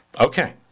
Okay